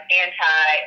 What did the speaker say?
anti